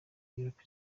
europa